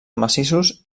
massissos